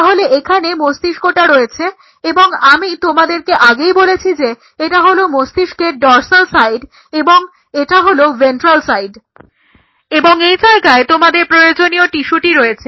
তাহলে এখানে মস্তিষ্কটা রয়েছে এবং আমি তোমাদেরকে আগেই বলেছি যে এটা হলো মস্তিষ্কের ডর্সাল সাইড এবং এখানে এটা হলো ভেন্ট্রাল সাইড এবং এই জায়গায় তোমাদের প্রয়োজনীয় টিস্যুটি রয়েছে